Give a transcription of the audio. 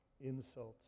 insults